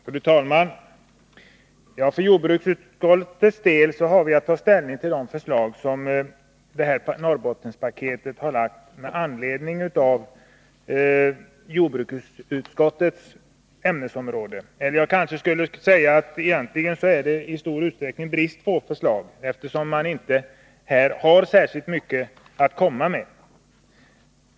Fru talman! Jordbruksutskottet har haft att ta ställning till förslag i Norrbottenpaketet på jordbruksutskottets ämnesområde — eller jag kanske skulle säga att det egentligen är brist på förslag, eftersom det inte är särskilt mycket man har att komma med.